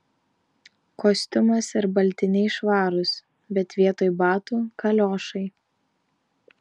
kostiumas ir baltiniai švarūs bet vietoj batų kaliošai